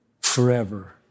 forever